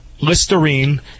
Listerine